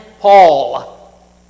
Paul